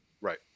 Right